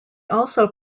also